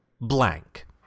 Blank